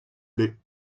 plait